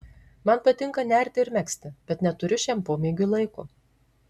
man patinka nerti ir megzti bet neturiu šiam pomėgiui laiko